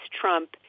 Trump